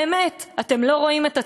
באמת, אתם לא רואים את הצביעות?